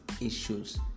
issues